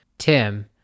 tim